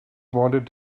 wanted